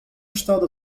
estado